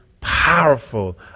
powerful